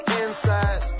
inside